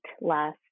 last